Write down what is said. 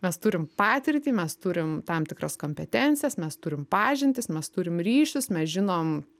mes turim patirtį mes turim tam tikras kompetencijas mes turim pažintis mes turim ryšius mes žinom